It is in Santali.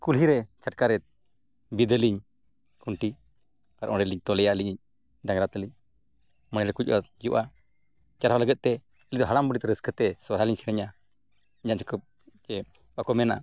ᱠᱩᱞᱤᱦᱤ ᱨᱮ ᱪᱷᱟᱴᱠᱟ ᱨᱮ ᱵᱤᱫᱽ ᱟᱹᱞᱤᱧ ᱠᱷᱩᱱᱴᱤ ᱟᱨ ᱚᱸᱰᱮ ᱞᱤᱧ ᱛᱚᱞᱮᱭᱟ ᱟᱞᱤᱧᱤᱡ ᱰᱟᱝᱨᱟ ᱛᱟᱹᱞᱤᱧ ᱢᱚᱬᱮ ᱦᱚᱲᱠᱚ ᱦᱤᱡᱩᱜᱼᱟ ᱪᱟᱨᱦᱟᱣ ᱞᱟᱹᱜᱤᱫᱛᱮ ᱟᱹᱞᱤᱧ ᱫᱚ ᱦᱟᱲᱟᱢᱼᱵᱩᱲᱦᱤ ᱫᱚ ᱨᱟᱹᱥᱠᱟᱹᱛᱮ ᱥᱚᱨᱦᱟᱭ ᱞᱤᱧ ᱥᱮᱨᱮᱧᱟ ᱧᱮᱞ ᱡᱚᱠᱷᱚᱡ ᱡᱮ ᱵᱟᱠᱚ ᱢᱮᱱᱟ